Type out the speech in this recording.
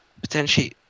potentially